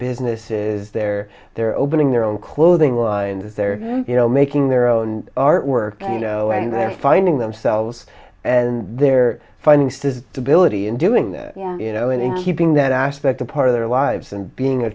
businesses they're they're opening their own clothing lines they're you know making their own artwork you know and they're finding themselves and they're finding says debility and doing that yeah you know and in keeping that aspect a part of their lives and being a